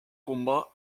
combats